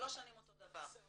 שלוש שנים אותו דבר.